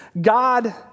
God